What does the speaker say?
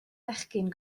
fechgyn